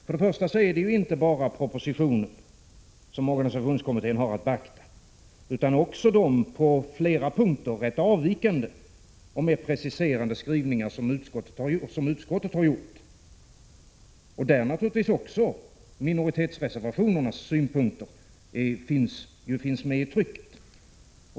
Först och främst är det ju inte bara propositionen som organisationskommittén har att beakta utan också de på flera punkter rätt avvikande och mer preciserande skrivningar som utskottet har gjort, där naturligtvis också minoritetsreservationernas synpunkter finns medi trycket.